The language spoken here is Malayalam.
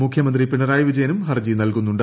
മുഖ്യമന്ത്രി പിണറായി വിജയനും ഹർജി നൽകുന്നുണ്ട്